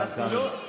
אל תענה.